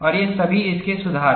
और ये सभी इसके सुधार हैं